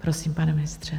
Prosím, pane ministře.